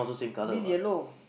this yellow